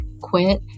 quit